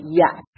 yes